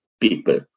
people